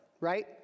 Right